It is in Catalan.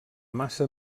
massa